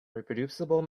reproducible